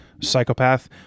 psychopath